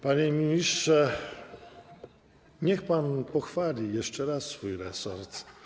Panie ministrze, niech pan pochwali jeszcze raz swój resort.